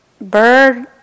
Bird